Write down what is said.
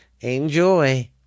Enjoy